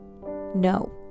no